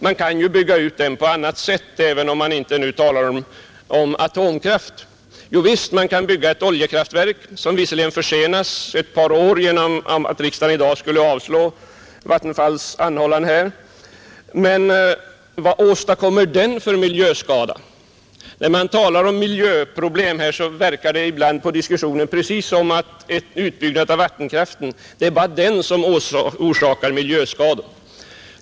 Det tillskottet kan ju erhållas på annat sätt, även utan användande av atomkraft. Ja, man kan bygga ett oljekraftverk. Visserligen försenas ärendet ett par år, om riksdagen i dag skulle avslå Vattenfalls anhållan om utbyggnad av Ritsem, men alldeles bortsett från detta så uppstår ju frågan: Vad åstadkommer ett oljekraftverk för miljöskada? När man talar om miljöproblem, verkar det ibland på diskussionen precis som om bara utbyggnad av vattenkraft förorsakar miljöskador.